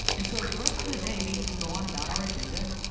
and so, the rest of the day we we go on about our agenda,